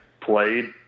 played